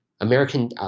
American